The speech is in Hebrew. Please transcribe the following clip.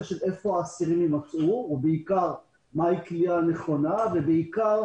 למקום שהאסירים יהיו ובעיקר מהי כליאה נכונה ובעיקר